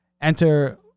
Enter